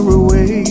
away